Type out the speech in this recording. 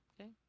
Okay